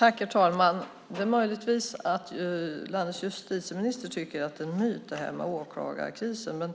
Fru talman! Det är möjligt att landets justitieminister tycker att det här med åklagarkrisen